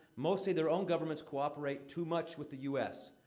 most say their own governments cooperate too much with the u s.